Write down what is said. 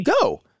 go